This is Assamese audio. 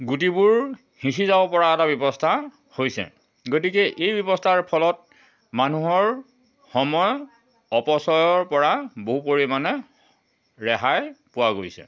গুটিবোৰ সিঁচি যাব পৰা এটা ব্যৱস্থা হৈছে গতিকে এই ব্যৱস্থাৰ ফলত মানুহৰ সময় অপচয়ৰ পৰা বহু পৰিমানে ৰেহাই পোৱা গৈছে